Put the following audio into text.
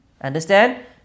Understand